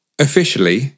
officially